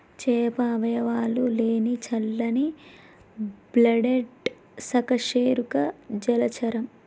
చేప అవయవాలు లేని చల్లని బ్లడెడ్ సకశేరుక జలచరం